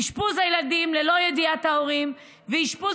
אשפוז הילדים ללא ידיעת ההורים ואשפוז